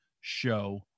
show